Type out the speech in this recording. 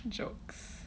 jokes